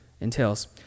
entails